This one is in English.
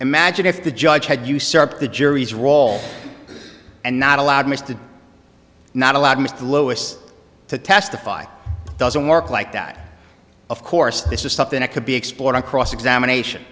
imagine if the judge had usurped the jury's role and not allowed ms to not allowed mr lois to testify doesn't work like that of course this is something that could be explored on cross examination